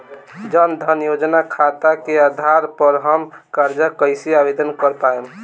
जन धन योजना खाता के आधार पर हम कर्जा कईसे आवेदन कर पाएम?